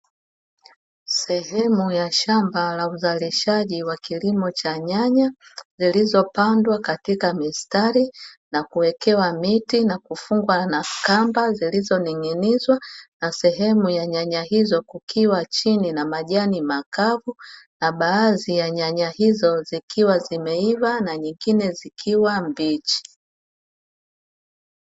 Sehemu ya shamba la uzalishaji wa kilimo cha nyanya, zilizopandwa katika mistari na kuwekewa miti na kufungwa na kamba zilizoning’inizwa, na sehemu ya nyanya hizo kukiwa chini na majani makavu; na baadhi ya nyanya hizo zikiwa zimeiva na nyingine zikiwa mbichi.